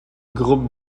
groupe